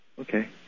okay